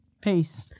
peace